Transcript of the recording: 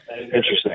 interesting